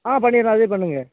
ஆ பண்ணிர்லாம் அதே பண்ணுங்கள்